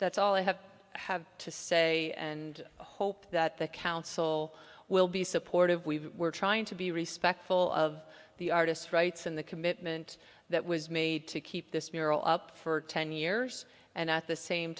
that's all i have have to say and i hope that the council will be supportive we were trying to be respectful of the artist's rights and the commitment that was made to keep this mural up for ten years and at the same